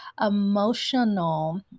emotional